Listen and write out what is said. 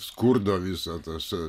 skurdo viso to